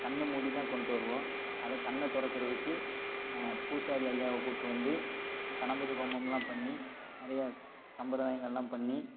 கண்ணை மூடி தான் கொண்டுட்டு வருவோம் அதை கண்ணை திறக்கறதுக்கு பூசாரி ஐயாவை கூட்டி வந்து கணபதி ஹோமம்லாம் பண்ணி நிறையாஸ் சம்பிரதாயங்கள்லாம் பண்ணி